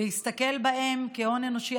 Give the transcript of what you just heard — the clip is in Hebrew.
להסתכל עליהם כהון אנושי.